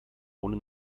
ohne